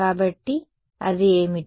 కాబట్టి అది ఏమిటి